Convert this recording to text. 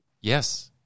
Yes